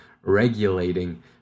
regulating